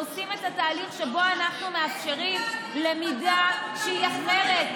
עושים את התהליך שבו אנחנו מאפשרים למידה שהיא אחרת,